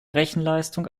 rechenleistung